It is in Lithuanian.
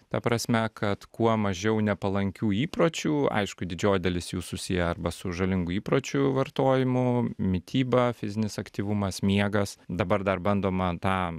ta prasme kad kuo mažiau nepalankių įpročių aišku didžioji dalis jų susiję arba su žalingų įpročių vartojimu mityba fizinis aktyvumas miegas dabar dar bandoma tą